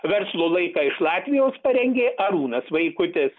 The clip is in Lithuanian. verslo laiką iš latvijos parengė arūnas vaikutis